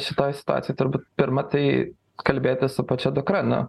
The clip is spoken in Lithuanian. šitoj situacijoj turbūt pirma tai kalbėtis su pačia dukra nu